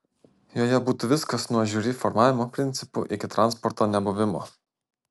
joje būtų viskas nuo žiuri formavimo principų iki transporto nebuvimo